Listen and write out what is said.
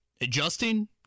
adjusting